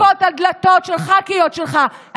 דופקות על דלתות של ח"כיות שלך,